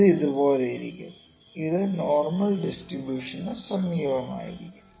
ഇത് ഇതുപോലെയായിരിക്കും ഇത് നോർമൽ ഡിസ്ട്രിബൂഷനു സമീപമായിരിക്കും